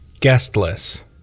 Guestless